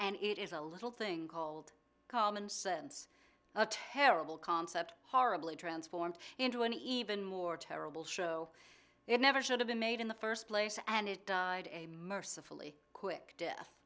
and it is a little thing called common sense a terrible concept horribly transformed into an even more terrible show it never should have been made in the first place and it died a merciful quick death